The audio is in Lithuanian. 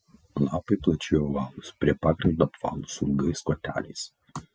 lapai plačiai ovalūs prie pagrindo apvalūs su ilgais koteliais